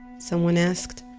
someone asked.